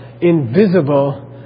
invisible